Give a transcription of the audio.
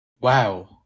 Wow